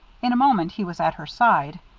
in a moment he was at her side.